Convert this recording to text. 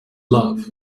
love